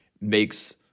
makes